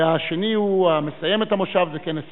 והשני הוא המסיים את המושב, זה כנס הקיץ.